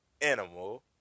animal